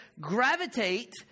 gravitate